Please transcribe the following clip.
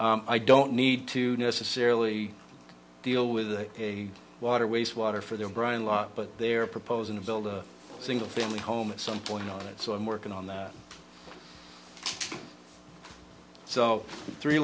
i don't need to necessarily deal with a water waste water for the brian lot but they're proposing to build a single family home at some point on it so i'm working on that so three